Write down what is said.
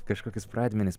kažkokius pradmenis